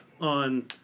on